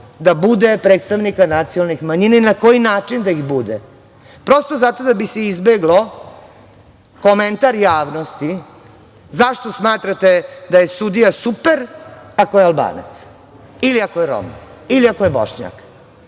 da bude predstavnika nacionalnih manjina i na koji način da ih bude, prosto zato da bi se izbegao komentar javnosti, zašto smatrate da je sudija super ako je Albanac ili ako je Rom, ili ako je Bošnjak.